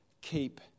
keep